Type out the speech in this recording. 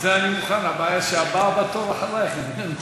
מוכן, הבעיה שהבא בתור אחרייך איננו.